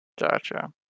Gotcha